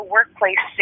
Workplace